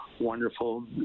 wonderful